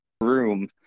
room